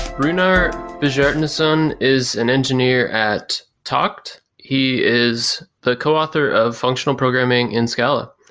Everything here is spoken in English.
runar bjarnason is an engineer at takt. he is the coauthor of functional programming in scala.